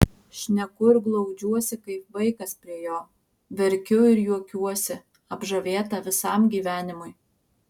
šneku ir glaudžiuosi kaip vaikas prie jo verkiu ir juokiuosi apžavėta visam gyvenimui